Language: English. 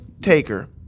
taker